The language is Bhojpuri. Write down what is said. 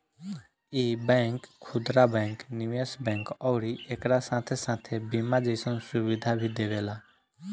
इ बैंक खुदरा बैंक, निवेश बैंक अउरी एकरा साथे साथे बीमा जइसन सुविधा भी देवेला